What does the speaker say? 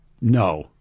No